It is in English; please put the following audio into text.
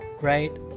right